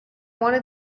wanted